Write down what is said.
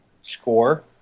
score